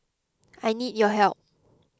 I need your help